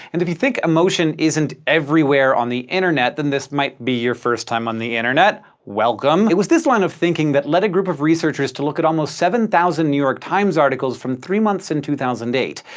and if you think emotion isn't everywhere on the internet, then this might be your first time on the internet. welcome! it was this line of thinking that led a group of researchers to look at almost seven thousand new york times articles from three months in two thousand and eight.